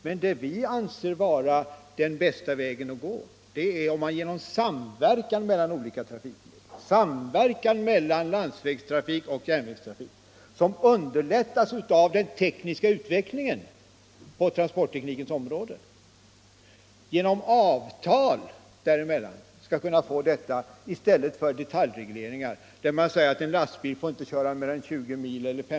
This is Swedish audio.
Men det vi anser vara den bästa vägen att gå är att genom avtal uppnå samverkan mellan olika trafikmedel — samverkan mellan landsvägstrafik och järnvägstrafik, vilket underlättas av utvecklingen på transportteknikens område. Vi vill uppnå denna samverkan genom avtal i stället för genom detaljregleringar, som exempelvis stipulerar att en lastbil inte får köra mer än 15-20 mil osv.